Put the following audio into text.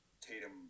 Tatum